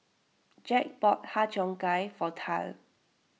Jack bought Har Cheong Gai for Tal